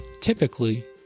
typically